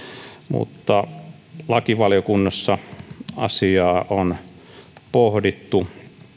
mutta lakivaliokunnassa asiaa on pohdittu